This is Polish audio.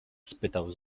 spytał